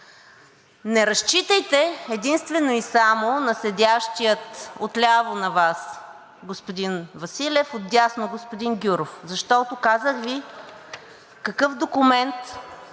Не разчитайте единствено и само на седящия отляво на Вас господин Василев, а отдясно господин Гюров, защото, казах Ви какъв документ